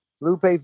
Lupe